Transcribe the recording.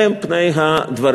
אלה הם פני הדברים.